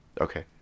Okay